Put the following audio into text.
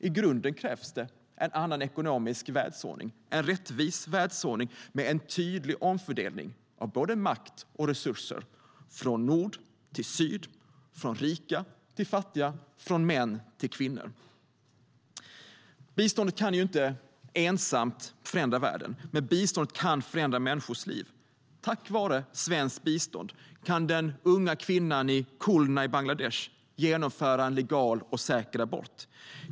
I grunden krävs en annan ekonomisk världsordning, en rättvis världsordning med en tydlig omfördelning av både makt och resurser från nord till syd, från rika till fattiga, från män till kvinnor. Biståndet kan inte ensamt förändra världen, men biståndet kan förändra människors liv. Tack vare svenskt bistånd kan den unga kvinnan i Khulna i Bangladesh genomföra en legal och säker abort.